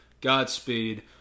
Godspeed